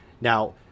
Now